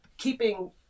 keeping